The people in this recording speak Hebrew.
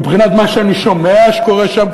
מבחינת מה שאני שומע שקורה שם,